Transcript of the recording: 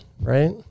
right